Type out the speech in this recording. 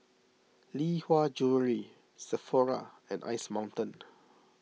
Lee Hwa Jewellery Sephora and Ice Mountain